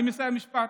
אני מסיים משפט.